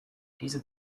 diese